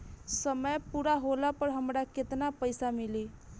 समय पूरा होला पर हमरा केतना पइसा मिली?